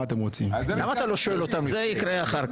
זה יקרה אחר כך.